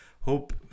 hope